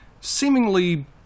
seemingly